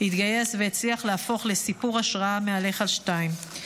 התגייס והצליח להפוך לסיפור השראה מהלך על שתיים.